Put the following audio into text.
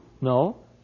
No